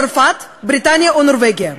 צרפת, בריטניה או נורבגיה.